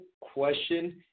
question